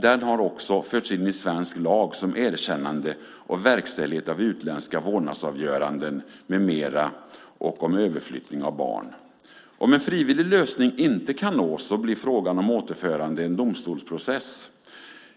Den har också förts in i svensk lag om erkännande och verkställighet av utländska vårdnadsavgöranden med mera och om överflyttning av barn. Om en frivillig lösning inte kan nås blir frågan om återförande en domstolsprocess.